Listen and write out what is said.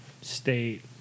state